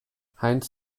heinz